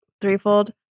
threefold